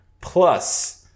plus